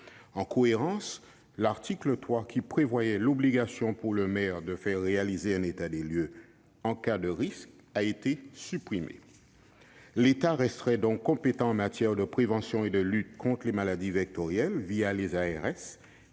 En cohérence, l'article 3, qui prévoyait l'obligation pour le maire de faire réaliser un état des lieux en cas de risque, a été supprimé. L'État resterait donc compétent en matière de prévention et de lutte contre les maladies vectorielles, les ARS,